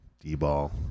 D-ball